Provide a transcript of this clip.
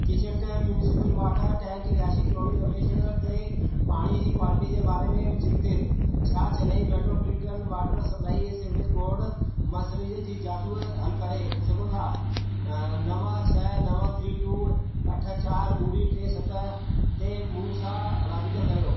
kitchen tap municipal water tank रिहाइशी colony Ramesh Nagar ते पाणी जी क्वॉलिटी जे बारे में चिंतित छा चेन्नई मेट्रोपॉलिटन वाटर सप्लाई ऐं सिवरेज बोर्ड मसइले जी जांच ऐं हल करे सघे थो नव छह नव थ्री टू अठ चारि ॿुड़ी टे सत ते मूं सां राबितो कर्यो